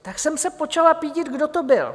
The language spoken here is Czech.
Tak jsem se počala pídit, kdo to byl.